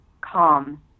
calm